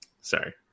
Sorry